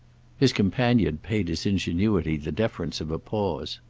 his companion paid his ingenuity the deference of a pause.